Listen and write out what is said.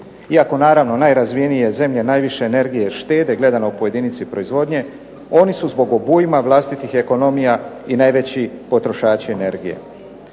Iako naravno najrazvijenije zemlje najviše štede gledano po jedinici proizvodnje oni su zbog obujma vlastitih ekonomija i najveći potrošači energije.